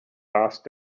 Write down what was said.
asked